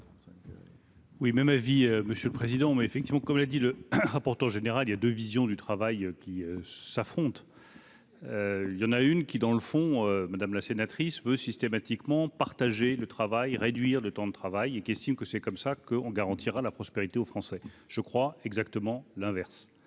Oui, mais ma vie, monsieur le président, mais effectivement comme l'a dit le rapporteur général, il y a 2 visions du travail qui s'affrontent, il y en a une qui dans le fond, madame la sénatrice veut systématiquement partager le travail, réduire le temps de travail et qui estime que c'est comme ça qu'on garantira la prospérité aux Français, je crois, exactement l'inverse.